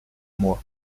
mois